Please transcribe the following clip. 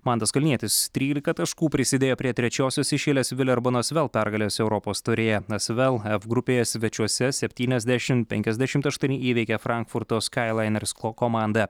mantas kalnietis trylika taškų prisidėjo prie trečiosios iš eilės villeurbanne asvel pergalės europos taurėje asvel f grupėje svečiuose septyniasdešim penkiasdešimt aštuoni įveikė frankfurto skyliners ko komandą